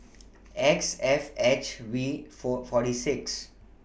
X F H V four forty six